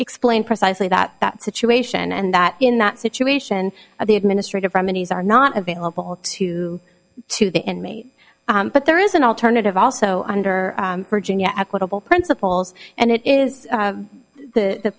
explain precisely that that situation and that in that situation of the administrative remedies are not available to to the inmate but there is an alternative also under virginia equitable principles and it is the